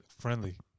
friendly